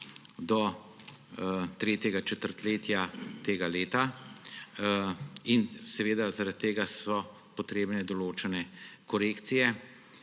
do tretjega četrtletja tega leta in zaradi tega so potrebne določene korekcije.